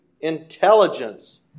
intelligence